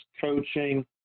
coaching